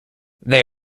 they